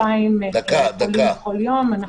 דקה, כנרת.